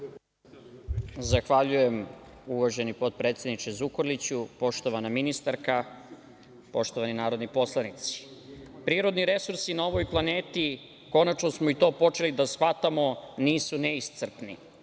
Zahvaljujem, uvaženi potpredsedniče Zukorliću. Poštovana ministarka, poštovani narodni poslanici, prirodni resursi na ovoj planeti, konačno smo i to počeli da shvatamo, nisu neiscrpni.